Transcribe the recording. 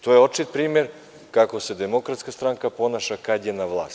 To je očit primer kako se Demokratska stranka ponaša kada je na vlasti.